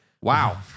wow